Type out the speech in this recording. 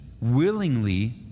willingly